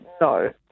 no